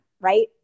right